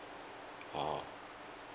oh